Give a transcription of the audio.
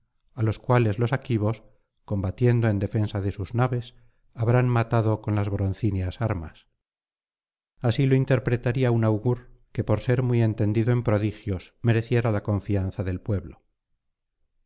á los cuales los aquivos combatiendo en defensa de sus naves habrán matado con las broncíneas armas así lo interpretaría un augur que por ser muy entendido en prodigios mereciera la confianza del pueblo